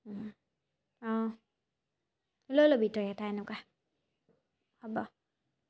অঁ লৈ লবি তই এটা এনেকুৱা হ'ব